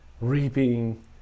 reaping